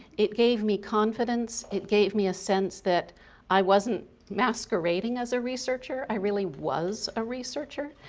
it gave me confidence, it gave me a sense that i wasn't masquerading as a researcher, i really was a researcher,